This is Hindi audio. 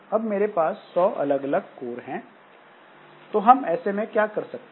अब मेरे पास 100 अलग अलग कोर हैं तो हम ऐसे में क्या कर सकते हैं